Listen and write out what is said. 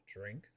drink